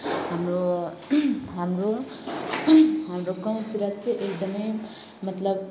हाम्रो हाम्रो हाम्रो गाउँतिर चाहिँ एकदमै मतलब